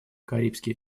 карибский